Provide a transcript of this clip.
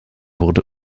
wurde